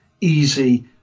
easy